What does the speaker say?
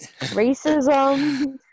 racism